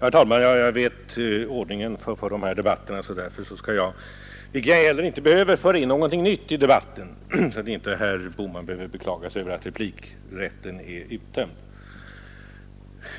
Herr talman! Jag känner till vår debattordning och skall därför inte föra in något nytt i diskussionen — vilket jag heller inte behöver göra. Då slipper ju herr Bohman att beklaga sig över att replikrätten är uttömd.